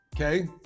Okay